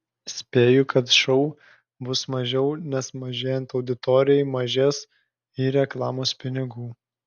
spėju kad šou bus mažiau nes mažėjant auditorijai mažės ir reklamos pinigų